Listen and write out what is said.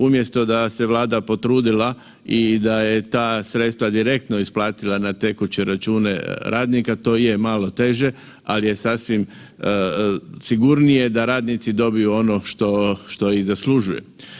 Umjesto da se Vlada potrudila i da je ta sredstva direktno isplatila na tekuće račune radnika, to je malo teže, ali je sasvim sigurnije da radnici dobiju ono što i zaslužuje.